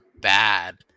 bad